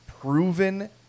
proven